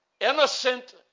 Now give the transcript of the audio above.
Innocent